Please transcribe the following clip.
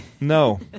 No